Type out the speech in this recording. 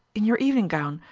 in your evening gown,